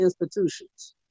institutions